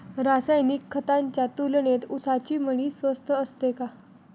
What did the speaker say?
रासायनिक खतांच्या तुलनेत ऊसाची मळी स्वस्त असते का?